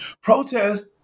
Protest